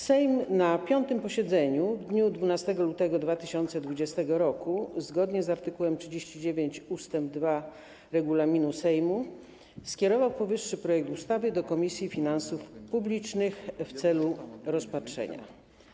Sejm na 5. posiedzeniu w dniu 12 lutego 2020 r. zgodnie z art. 39 ust. 2 regulaminu Sejmu skierował powyższy projekt ustawy do Komisji Finansów Publicznych w celu rozpatrzenia.